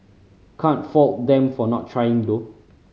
can't fault them for not trying though